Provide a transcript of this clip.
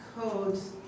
codes